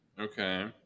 Okay